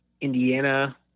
Indiana